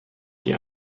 die